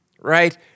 right